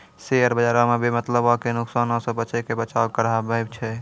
share बजारो मे बेमतलबो के नुकसानो से बचैये के बचाव कहाबै छै